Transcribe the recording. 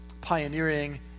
pioneering